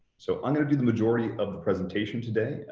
so i'm gonna do the majority of the presentation today,